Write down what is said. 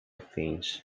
fins